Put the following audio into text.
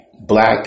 black